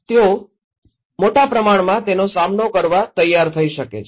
તેઓ મોટા પ્રમાણમાં તેનો સામનો કરવા તૈયાર થઈ શકે છે